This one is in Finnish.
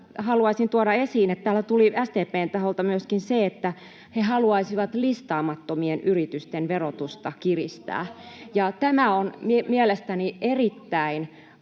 haluaisin tuoda esiin, että täällä tuli SDP:n taholta myöskin se, että he haluaisivat listaamattomien yritysten verotusta kiristää. Tämä on mielestäni erittäin